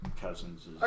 Cousins